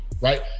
Right